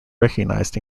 recognized